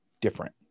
different